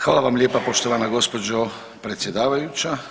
Hvala vam lijepa poštovana gospođo predsjedavajuća.